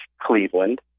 Cleveland